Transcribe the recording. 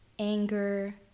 anger